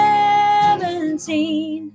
Seventeen